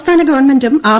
സംസ്ഥാന ഗവൺമെന്റും ആർ